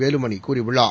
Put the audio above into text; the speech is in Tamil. வேலுமணி கூறியுள்ளார்